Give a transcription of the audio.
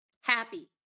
happy